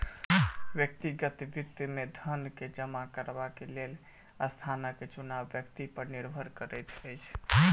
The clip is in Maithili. व्यक्तिगत वित्त मे धन के जमा करबाक लेल स्थानक चुनाव व्यक्ति पर निर्भर करैत अछि